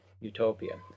utopia